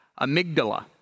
amygdala